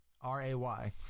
R-A-Y